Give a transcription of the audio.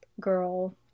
girl